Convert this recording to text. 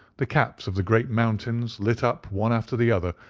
the caps of the great mountains lit up one after the other,